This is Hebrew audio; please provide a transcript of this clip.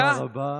תודה רבה.